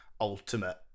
ultimate